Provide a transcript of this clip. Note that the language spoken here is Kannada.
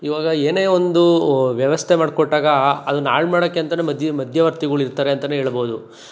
ಇವಾಗ ಏನೇ ಒಂದು ವ್ಯವಸ್ಥೆ ಮಾಡಿಕೊಟ್ಟಾಗ ಅದನ್ನು ಹಾಳ್ ಮಾಡೋಕೆ ಅಂತ ಮಧ್ಯೆ ಮಧ್ಯವರ್ತಿಗಳು ಇರ್ತರೆ ಅಂತ ಹೇಳ್ಬೋದು